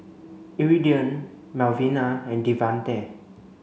Iridian Melvina and Devante